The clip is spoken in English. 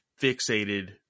fixated